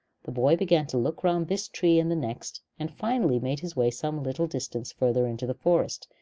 the boy began to look round this tree and the next, and finally made his way some little distance farther into the forest,